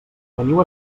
veniu